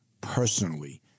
personally